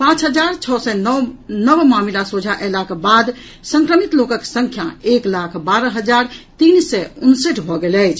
पांच हजार छओ सय नओ नव मामिला सोझा अयलाक बाद संक्रमित लोकक संख्या एक लाख बारह हजार तीन सय उनसठि भऽ गेल अछि